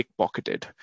pickpocketed